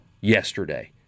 yesterday